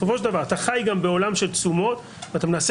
בסופו של דבר אתה חי בעולם של תשומות ואתה מנסה